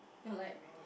you're like